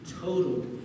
total